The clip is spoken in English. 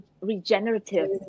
regenerative